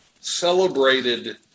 celebrated